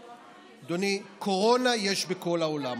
אדוני: קורונה יש בכל העולם,